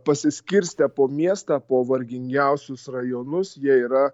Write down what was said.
pasiskirstę po miestą po vargingiausius rajonus jie yra